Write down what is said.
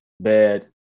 bad